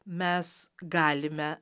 mes galime